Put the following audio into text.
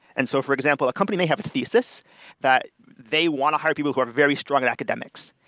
and so for example, a company may have thesis that they want to hire people who are very strong in academics.